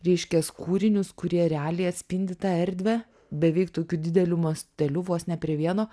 reiškias kūrinius kurie realiai atspindi tą erdvę beveik tokiu dideliu masteliu vos ne prie vieno